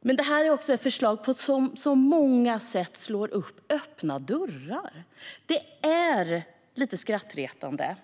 Men det är också ett förslag som på många sätt slår in öppna dörrar. Det är lite skrattretande